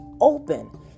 open